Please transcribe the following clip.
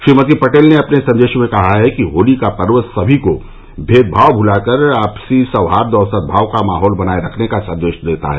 श्रीमती पटेल ने अपने सन्देश में कहा है कि होर्ली का पर्व सभी को भेदभाव भुलाकर आपसी सौहार्द और सद्भाव का माहौल बनाए रखने का सन्देश देता है